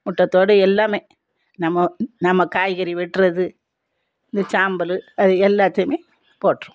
முட்டை தோடு எல்லாமே நம்ம நம்ம காய்கறி வெட்டுறது இந்த சாம்பல் அது எல்லாத்தையுமே போட்டிருவோம்